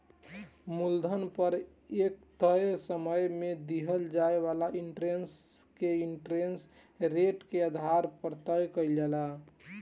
मूलधन पर एक तय समय में दिहल जाए वाला इंटरेस्ट के इंटरेस्ट रेट के आधार पर तय कईल जाला